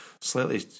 Slightly